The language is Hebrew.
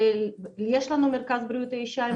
יש לנו מרכז בריאות האישה ברעננה.